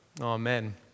Amen